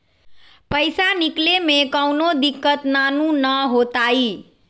पईसा निकले में कउनो दिक़्क़त नानू न होताई?